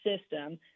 system